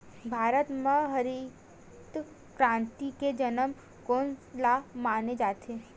भारत मा हरित क्रांति के जनक कोन ला माने जाथे?